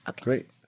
Great